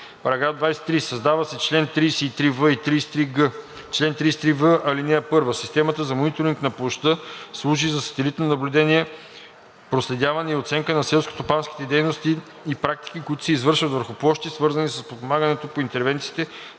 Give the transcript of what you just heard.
23: „§ 23. Създават се чл. 33в и 33г: „Чл. 33в. (1) Системата за мониторинг на площта служи за сателитно наблюдение, проследяване и оценка на селскостопанските дейности и практики, които се извършват върху площи, свързани с подпомагане по интервенциите,